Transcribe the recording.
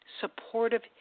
supportive